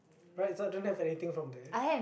right so I don't have anything from there